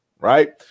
right